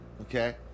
okay